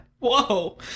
Whoa